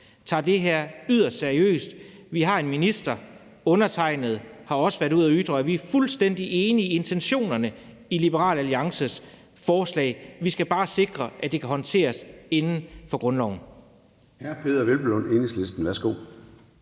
tager det her yderst seriøst. Vi har en minister, der har været ude at ytre – det har undertegnede også – at vi er fuldstændig enige i intentionerne i Liberal Alliances forslag. Vi skal bare sikre, at det kan håndteres inden for grundloven.